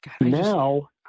Now